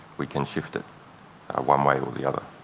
we can shift it one way or the other.